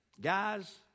guys